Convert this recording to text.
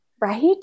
Right